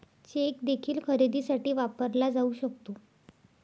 check देखील खरेदीसाठी वापरला जाऊ शकतो